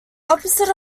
opposite